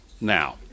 now